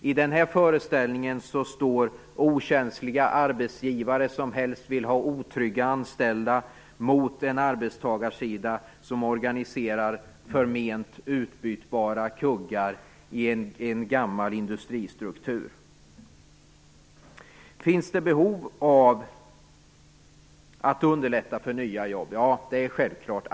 I den här föreställningen står okänsliga arbetsgivare som helst vill ha otrygga anställda mot en arbetstagarsida som organiserar förment utbytbara kuggar i en gammal industristruktur. Finns det behov av att underlätta för nya jobb? Ja, det är självklart.